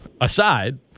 aside